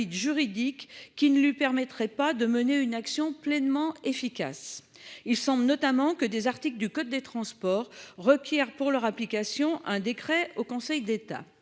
juridique qui ne lui permettrait pas de mener une action pleinement efficace il semble notamment que des articles du code des transports requiert pour leur application un décret au Conseil d'État.